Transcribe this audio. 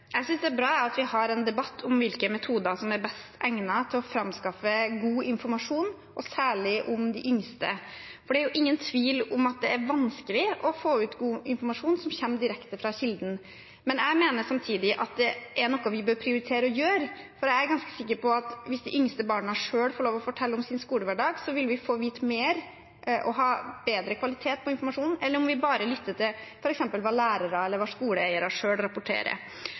Jeg synes det er bra at vi har en debatt om hvilke metoder som er best egnet til å framskaffe god informasjon, særlig om de yngste, for det er ingen tvil om at det er vanskelig å få ut god informasjon som kommer direkte fra kilden. Jeg mener samtidig at det er noe vi bør prioritere å gjøre, for jeg er ganske sikker på at hvis de yngste barna selv får lov å fortelle om sin skolehverdag, vil vi få vite mer og ha bedre kvalitet på informasjonen enn om vi bare lytter til f.eks. hva lærere eller skoleeiere selv rapporterer.